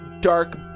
dark